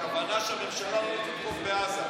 שהממשלה לא תתקוף בעזה.